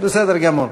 בסדר גמור.